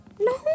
No